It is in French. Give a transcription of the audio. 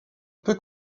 peu